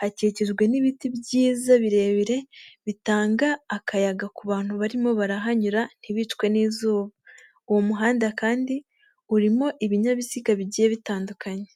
hakikijwe n'ibiti byiza birebire bitanga akayaga ku bantu barimo barahanyura ntibicwe n'izuba, uwo muhanda kandi urimo ibinyabiziga bigiye bitandukanye.